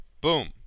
boom